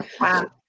wow